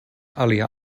alia